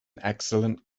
excellent